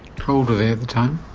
how old were they at the time?